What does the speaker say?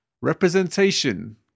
representation